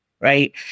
Right